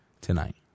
tonight